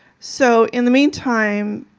so in the meantime,